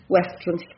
Western